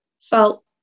felt